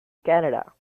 canada